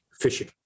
fishing